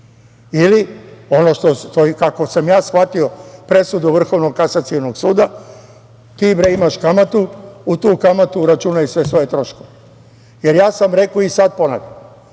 ili, kako sam ja shvatio presudu Vrhovnog kasacionog suda – ti imaš kamatu, u tu kamatu uračunaj sve svoje troškove. Jer ja sam rekao, i sada ponavljam,